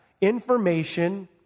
information